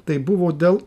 tai buvo dėl